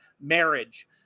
marriage